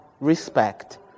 respect